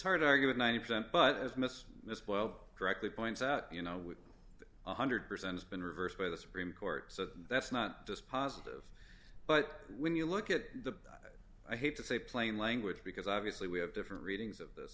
hard to argue with ninety percent but as miss miss well directly points out you know one hundred percent has been reversed by the supreme court so that's not dispositive but when you look at the i hate to say plain language because obviously we have different readings of this